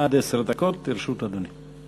עד עשר דקות לרשות אדוני.